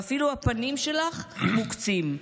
ואפילו הפנים שלך, מוקצים.